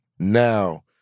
Now